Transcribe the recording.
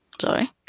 Sorry